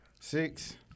Six